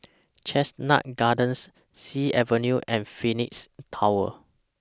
Chestnut Gardens Sea Avenue and Phoenix Tower